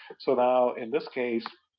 so now in this case,